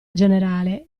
generale